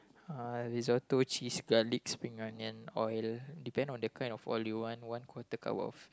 uh risotto cheese garlic spring onion oil depend on the kind of oil you want one quarter cup of